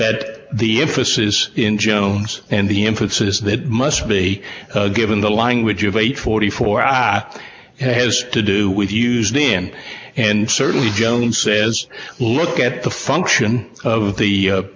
bed the emphasis in jones and the emphasis that must be given the language of eight forty four are has to do with used in and certainly jones says look at the function of the